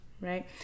right